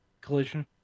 Collision